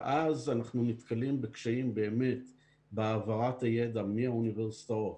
ואז אנחנו נתקלים בקשיים באמת בהעברת הידע מהאוניברסיטאות